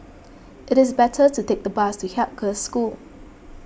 it is better to take the bus to Haig Girls' School